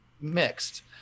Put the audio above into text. mixed